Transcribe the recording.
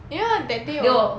you know that day 我